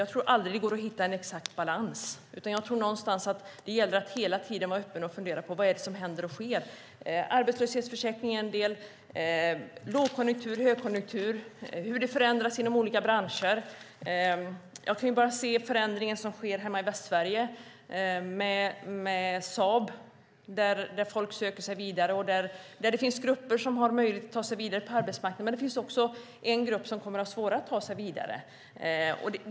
Jag tror aldrig att det går att hitta en exakt balans, utan jag tror att det gäller att hela tiden vara öppen och fundera på vad som händer och sker. Arbetslöshetsförsäkringen är en del, om det är lågkonjunktur eller högkonjunktur och hur det förändras inom olika branscher. Jag kan bara se den förändring som sker i mina hemtrakter i Västsverige med Saab, där folk söker sig vidare och där det finns grupper som har möjlighet att ta sig vidare på arbetsmarknaden. Men det finns också en grupp som kommer att ha svårare att ta sig vidare.